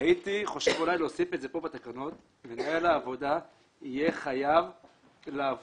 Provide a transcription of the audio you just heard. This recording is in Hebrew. הייתי חושב אולי להוסיף את זה פה בתקנות: "מנהל העבודה יהיה חייב לעבור